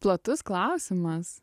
platus klausimas